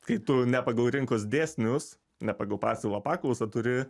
kai tu ne pagal rinkos dėsnius ne pagal pasiūlą paklausą turi